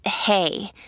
hey